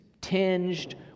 tinged